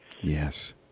Yes